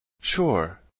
Sure